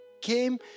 came